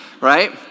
Right